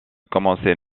commençait